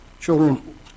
Children